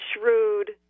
shrewd